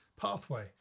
pathway